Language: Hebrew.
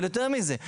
אבל יותר מזה,